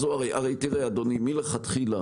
הרי מלכתחילה